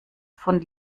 von